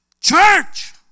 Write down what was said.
church